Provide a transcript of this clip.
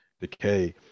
decay